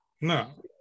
no